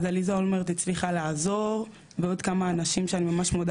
אז עליזה אולמרט הצליחה לעזור ועוד כמה אנשים שאני ממש מודה